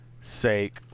sake